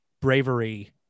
bravery